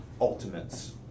Ultimates